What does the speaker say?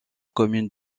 commune